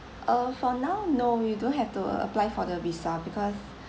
uh for now no you don't have to apply for the visa because